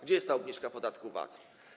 Gdzie jest ta obniżka podatku VAT?